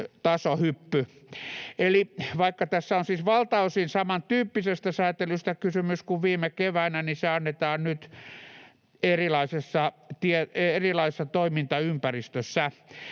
on siis kysymys valtaosin samantyyppisestä säätelystä kuin viime keväänä, niin se annetaan nyt erilaisessa toimintaympäristössä.